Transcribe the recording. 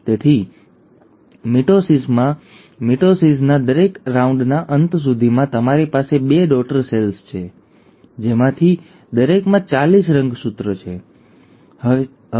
તેથી મિટોસિસમાં મિટોસિસના દરેક રાઉન્ડના અંત સુધીમાં તમારી પાસે બે ડૉટર સેલ્સ હશે જેમાંથી દરેકમાં ચાલીસ રંગસૂત્રો હશે